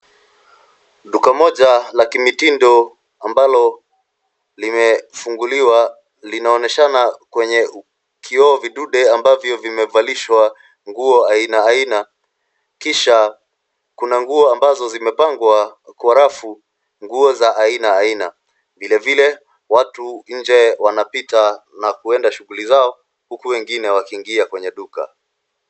Duka moja la kimitindo ambalo limefunguliwa linaonyeshana kwenye kilo vidude ambavyo vimevalishwa nguo aina aina, kisha kuna nguo ambazo zimepangwa kwenye rafu nguo za aina aina. Vilevile, watu nje wanapita wakienda shughuli zao na wengine wanaingia kwenye duka.